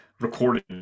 recorded